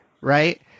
right